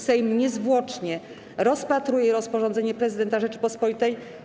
Sejm niezwłocznie rozpatruje rozporządzenie Prezydenta Rzeczypospolitej.